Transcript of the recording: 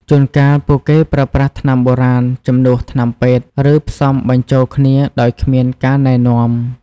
ជួនកាល ពួកគេប្រើប្រាស់ថ្នាំបុរាណជំនួសថ្នាំពេទ្យ ឬផ្សំបញ្ចូលគ្នាដោយគ្មានការណែនាំ។